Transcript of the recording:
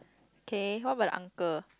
K what about the uncle